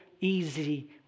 easy